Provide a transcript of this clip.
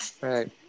Right